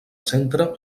centre